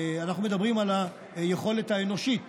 אנחנו מדברים על היכולת האנושית,